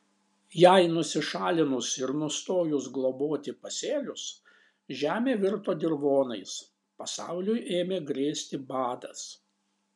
jai nusišalinus ir nustojus globoti pasėlius žemė virto dirvonais pasauliui ėmė grėsti badas